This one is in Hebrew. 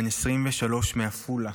בן 23 מעפולה,